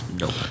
Nope